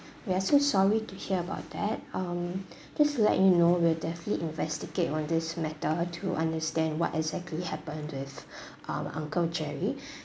we're so sorry to hear about that um just to let you know we'll definitely investigate on this matter to understand what exactly happened with um uncle jerry